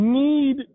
need